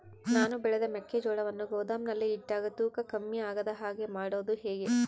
ನಾನು ಬೆಳೆದ ಮೆಕ್ಕಿಜೋಳವನ್ನು ಗೋದಾಮಿನಲ್ಲಿ ಇಟ್ಟಾಗ ತೂಕ ಕಮ್ಮಿ ಆಗದ ಹಾಗೆ ಮಾಡೋದು ಹೇಗೆ?